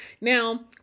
Now